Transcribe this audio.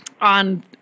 on